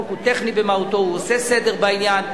החוק הוא טכני במהותו, הוא עושה סדר בעניין.